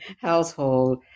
household